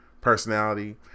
personality